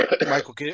Michael